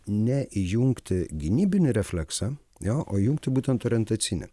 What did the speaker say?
ne įjungti gynybinį refleksą jo o įjungti būtent orientacinį